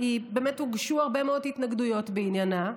באמת הוגשו הרבה מאוד התנגדויות בעניינה,